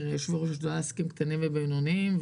יושבי-ראש השדולה לעסקים קטנים ובינוניים,